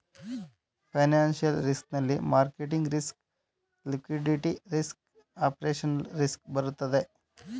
financial risk ನಲ್ಲಿ market risk, liquidity risk, operational risk ಬರುತ್ತದೆ